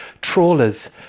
trawlers